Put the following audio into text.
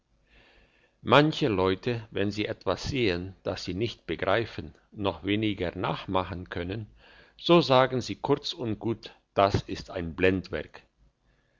manche leute wenn sie etwas sehen das sie nicht begreifen noch weniger nachmachen können so sagen sie kurz und gut das ist ein blendwerk